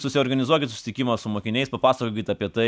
susiorganizuokit susitikimą su mokiniais papasakokit apie tai